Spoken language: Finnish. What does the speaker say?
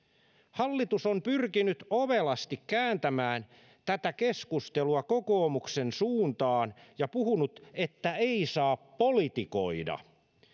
hallitus on pyrkinyt ovelasti kääntämään tätä keskustelua kokoomuksen suuntaan ja puhunut että ei saa politikoida